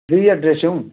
टीह ड्रैसियूं